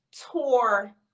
tore